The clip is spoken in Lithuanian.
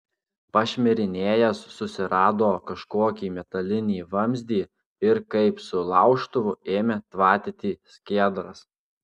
pašmirinėjęs susirado kažkokį metalinį vamzdį ir kaip su laužtuvu ėmė tvatyti skiedras